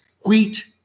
wheat